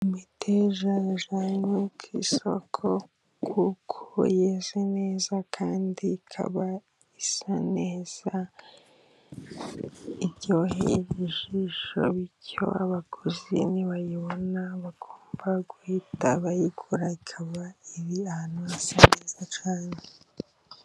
Imiteja yajyanywe ku isoko kuko yeze neza ,kandi ikaba isa neza. Iryoheye ijisho, bityo abaguzi nibayibona bagomba guhita bayigura. Ikaba iri ahantu hasa neza cyane.